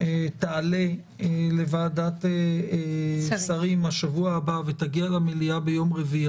תעלה לוועדת השרים בשבוע הבא ותגיע למליאה ביום רביעי,